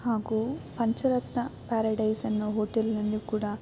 ಹಾಗೂ ಪಂಚರತ್ನ ಪ್ಯಾರಡೈಸ್ ಅನ್ನೋ ಹೋಟೆಲ್ನಲ್ಲಿ ಕೂಡ